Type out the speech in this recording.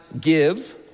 give